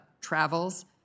travels